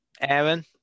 Aaron